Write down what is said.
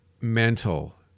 mental